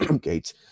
gates